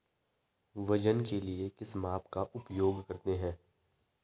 वजन के लिए किस माप का उपयोग करते हैं?